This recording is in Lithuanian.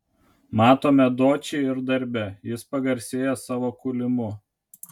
matome dočį ir darbe jis pagarsėja savo kūlimu